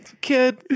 kid